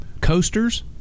coasters